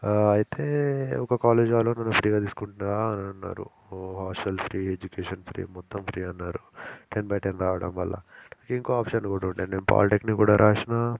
అయితే ఒక కాలేజ్ వాళ్ళు నన్ను ఫ్రీగా తీసుకుంటున్నాను ఆ అని అన్నారు హాస్టల్ ఫ్రీ ఎడ్యుకేషన్ ఫ్రీ మొత్తం ఫ్రీ అన్నారు టెన్ బై టెన్ రావడం వల్ల ఇంకో ఆప్షన్ కూడా ఉండేది నేను పాలిటెక్నిక్ కూడా రాసినా